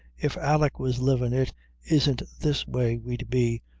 if alick was livin' it isn't this way we'd be,